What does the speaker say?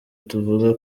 tuvuga